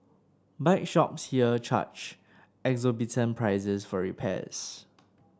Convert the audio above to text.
bike shops here charge exorbitant prices for repairs